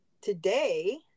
today